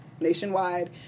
nationwide